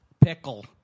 Pickle